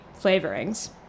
Flavorings